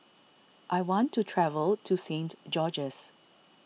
I want to travel to Saint George's